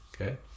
Okay